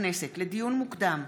הכנסת, לדיון מוקדם,